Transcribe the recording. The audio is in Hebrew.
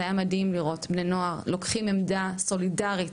זה היה מדהים לראות בני נוער לוקחים עמדה סולידרית.